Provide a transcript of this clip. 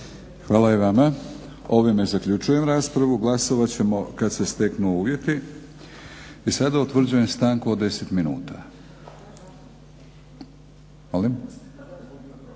Hvala i vama. Ovime zaključujem raspravu. Glasovat ćemo kad se steknu uvjeti. I sada utvrđujem stanku od 10 minuta.